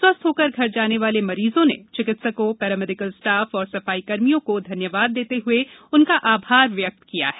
स्वस्थ्य होकर घर जाने वाले मरीजों ने चिकित्सकों पैरामेडिकल स्टॉफ और सफाईकर्मियों को धन्यवाद देते हुए आभार व्यक्त किया है